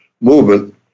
movement